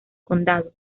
condado